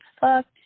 fucked